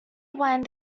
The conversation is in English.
rewind